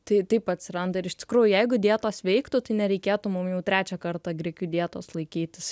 tai taip atsiranda ir iš tikrųjų jeigu dietos veiktų tai nereikėtų mum jau trečią kartą grikių dietos laikytis